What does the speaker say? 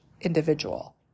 individual